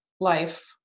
life